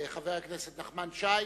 חבר הכנסת נחמן שי,